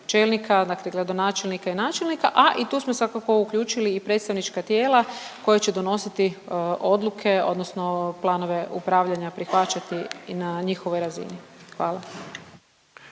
čelnika, dakle gradonačelnika i načelnika, a i tu smo svakako uključili i predstavnička tijela koja će donositi odluke, odnosno planove upravljanja, prihvaćati i na njihovoj razini. Hvala.